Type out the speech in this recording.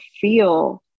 feel